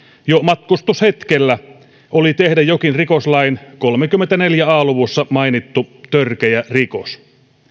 jo matkustushetkellä oli tehdä jokin rikoslain kolmekymmentäneljä a luvussa mainittu törkeä rikos